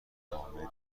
نامه